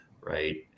right